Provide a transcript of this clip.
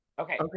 Okay